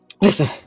listen